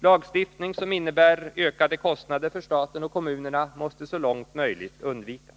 Lagstiftning som innebär ökade kostnader för staten och kommunerna måste så långt möjligt undvikas.